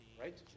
Right